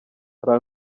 hari